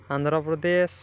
Andhra Pradesh